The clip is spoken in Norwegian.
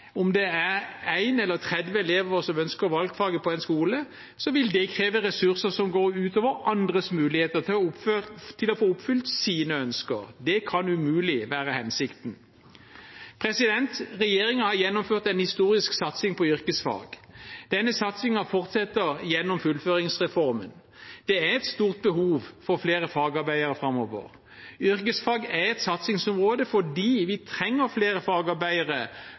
om det er en eller tretti elever som ønsker valgfaget på en skole, vil det kreve ressurser som går ut over andres muligheter til å få oppfylt sine ønsker. Det kan umulig være hensikten. Regjeringen har gjennomført en historisk satsing på yrkesfag. Denne satsingen fortsetter gjennom fullføringsreformen. Det er et stort behov for flere fagarbeidere framover. Yrkesfag er et satsingsområde fordi vi trenger flere fagarbeidere